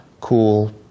cool